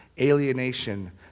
alienation